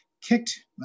kicked